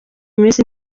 minsi